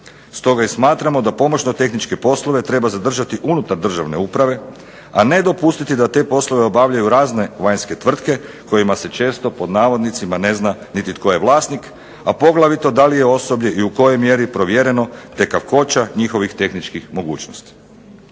Stoga i smatramo da pomoćno-tehničke poslove treba zadržati unutar državne uprave, a ne dopustiti da te poslove obavljaju razne vanjske tvrtke kojima se često "ne zna niti tko je vlasnik", a poglavito da li je osoblje i u kojoj mjeri provjereno te kakvoća njihovih tehničkih mogućnosti.